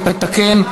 אני מתקן,